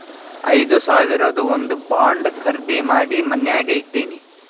ಐದು ಸಾವಿರದು ಒಂದ್ ಬಾಂಡ್ ಖರ್ದಿ ಮಾಡಿ ಮನ್ಯಾಗೆ ಇಟ್ಟಿನಿ